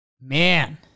Man